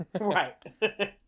Right